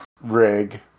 rig